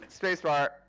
spacebar